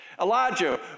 Elijah